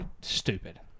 stupid